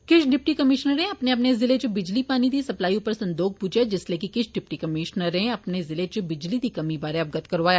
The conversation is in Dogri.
किश डिप्टी कमीश्नरें अपने अपने जिले च बिजली पानी दी सप्लाई उप्पर संदोख भुजेआ जिस्लै कि किश डिप्टी कमीश्नरें अपने अपने जिलें च बिजली दी कमी बारै अवगत करोआया